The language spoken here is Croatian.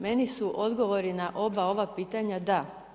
Meni su odgovori na oba ova pitanja da.